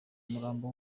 umurambo